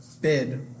bid